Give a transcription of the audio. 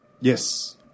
yes